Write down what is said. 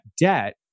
debt